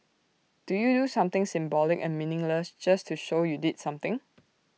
do you do something symbolic and meaningless just to show you did something